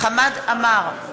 חמד עמאר,